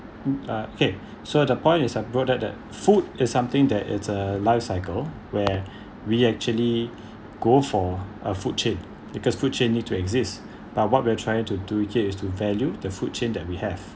uh okay so the point is I brought that that food is something that it's a life cycle where we actually go for a food chain because food chain need to exist but what we're trying to do here is to value the food chain that we have